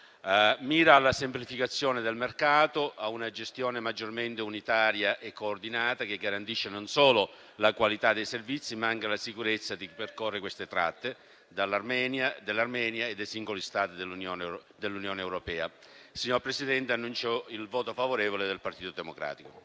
mira alla semplificazione del mercato e a una gestione maggiormente unitaria e coordinata, che garantisce non solo la qualità dei servizi, ma anche la sicurezza di percorrere queste tratte dell'Armenia e dei singoli Stati dell'Unione europea. Per tali ragioni, signor Presidente, annuncio il voto favorevole del Partito Democratico.